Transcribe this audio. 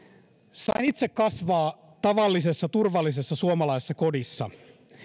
sain itse kasvaa tavallisessa turvallisessa suomalaisessa kodissa